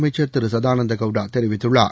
அமைச்சர் திரு சதானந்த கௌடா தெரிவித்துள்ளார்